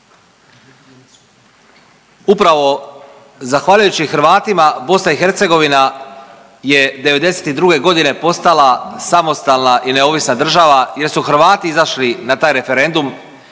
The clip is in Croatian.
Upravo zahvaljujući Hrvatima BiH je '92. godine postala samostalna i neovisna država jer su Hrvati izašli na taj referendum